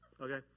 okay